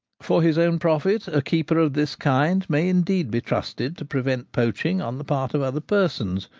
for his own profit a keeper of this kind may indeed be trusted to prevent poaching on the part of other persons,